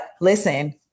listen